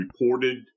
reported